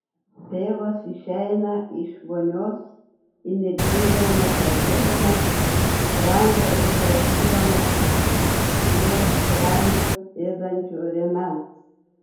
tėvas išeina iš vonios įnirtingai masažuodamas sprandą ir raukydamasis nuo skrandį ėdančio rėmens